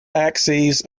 axes